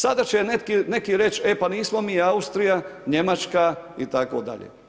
Sada će neki reći e pa nismo mi Austrija, Njemačka itd.